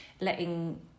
letting